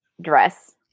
dress